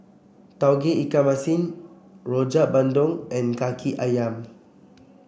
Tauge Ikan Masin Rojak Bandung and Kaki ayam